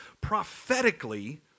prophetically